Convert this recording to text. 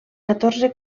catorze